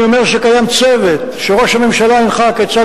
אני אומר שקיים צוות שראש הממשלה הנחה כיצד